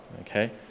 Okay